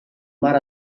mar